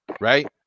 right